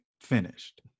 finished